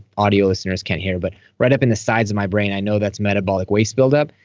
audio listeners can't hear, but right up in the sides of my brain, i know that's metabolic waste buildup,